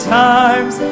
times